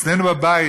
אצלנו בבית,